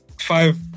Five